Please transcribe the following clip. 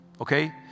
Okay